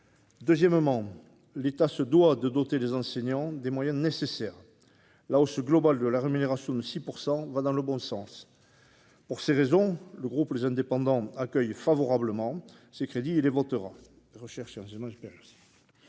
Deuxièmement, l'État se doit de doter les enseignants des moyens nécessaires ; à cet égard, la hausse globale de la rémunération de 6 % va dans le bon sens. Pour ces raisons, le groupe Les Indépendants accueille favorablement ces crédits et les votera.